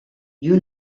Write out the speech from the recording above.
you